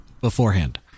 beforehand